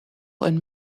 een